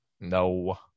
no